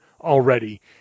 already